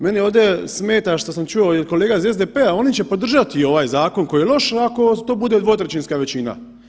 Meni ovdje smeta što sam čuo i od kolega iz SDP-a, oni će podržati ovaj zakona koji je loš, ako uz to bude dvotrećinska većina.